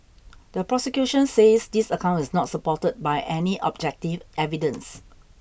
the prosecution says this account is not supported by any objective evidence